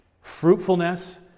fruitfulness